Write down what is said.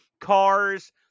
cars